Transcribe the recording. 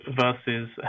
versus